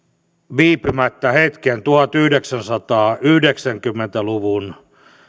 viipymättä hetken tuhatyhdeksänsataayhdeksänkymmentä luvun